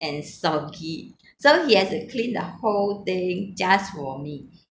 and soggy so he has to clean the whole thing just for me